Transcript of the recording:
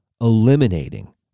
eliminating